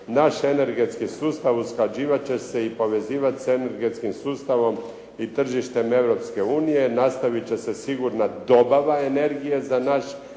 „Naš energetski sustav usklađivat će se i povezivati sa energetskim sustavom i tržištem Europske unije, nastavit će se sigurna dobava energije za naš